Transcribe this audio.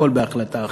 הכול בהחלטה אחת.